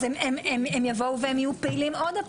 אז הם יבואו והם יהיו פעילים עוד הפעם.